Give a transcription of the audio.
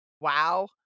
Wow